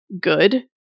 good